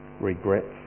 regrets